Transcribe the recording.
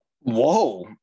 Whoa